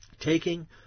taking